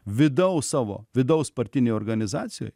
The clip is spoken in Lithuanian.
vidaus savo vidaus partinėj organizacijoj